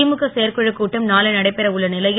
திமுக செயற்குழுக் கூட்டம் நாளை நடைபெற உள்ள நிலையில்